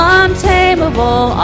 untamable